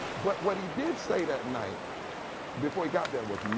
but what he did say that night before he got there was,